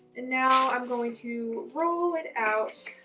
now i'm going to roll it out.